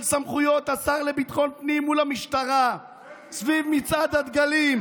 סמכויות השר לביטחון פנים מול המשטרה סביב מצעד הדגלים,